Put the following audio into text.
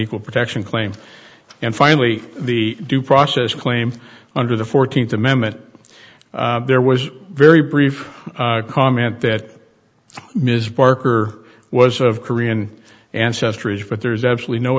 equal protection claim and finally the due process claim under the fourteenth amendment there was very brief comment that ms parker was of korean ancestry is but there's absolutely no